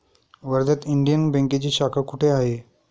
वर्ध्यात इंडियन बँकेची शाखा कुठे आहे?